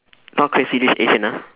not crazy rich asian ah